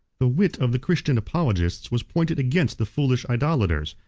the wit of the christian apologists was pointed against the foolish idolaters,